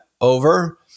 over